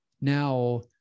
now